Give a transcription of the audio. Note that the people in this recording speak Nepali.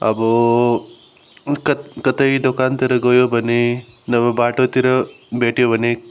अब कत् कतै दोकानतिर गयो भने नभए बाटोतिर भेट्यो भने